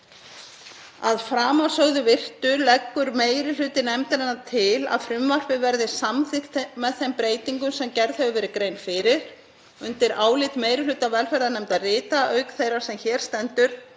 Að framansögðu virtu leggur meiri hluti nefndarinnar til að frumvarpið verði samþykkt með þeim breytingum sem gerð hefur verið grein fyrir. Undir álit meiri hluta velferðarnefndar rita, auk þeirrar sem hér stendur,